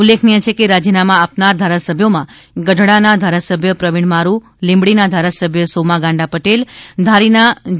ઉલ્લેખનીય છે કે રાજીનામાં આપનાર ધારાસભ્યોમાં ગઢડાના ધારાસભ્ય પ્રવીણ મારૂ લીંબડીના ધારાસભ્ય સોમા ગાંડા પટેલ ધારીના જે